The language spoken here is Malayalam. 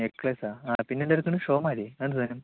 നെക്ലെയ്സോ ആ പിന്നെന്താ എടുക്കുന്നത് ഷോ മാലയോ അതെന്ത് സാധനം